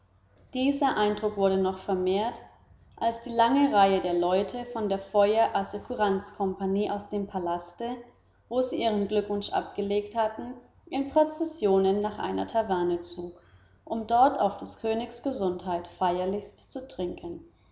dieser eindruck wurde noch vermehrt als die lange reihe der leute von der feuer assekuranz kompagnie aus dem palaste wo sie ihren glückwunsch abgelegt hatten in prozessionen nach einer taverne zog um dort auf des königs gesundheit feierlichst zu trinken